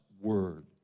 word